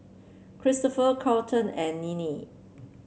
Cristofer Carleton and Ninnie